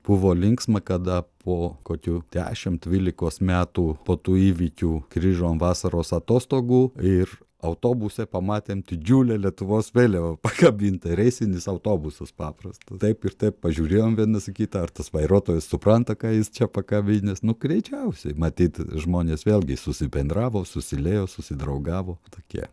buvo linksma kada po kokių dešimt dvylikos metų po tų įvykių grįžom vasaros atostogų ir autobuse pamatėm didžiulę lietuvos vėliavą pakabintą reisinis autobusas paprastas taip ir taip pažiūrėjom vienas į kitas ar tas vairuotojas supranta ką jis čia pakabinęs nu greičiausiai matyt žmonės vėlgi susibendravo susiliejo susidraugavo tokie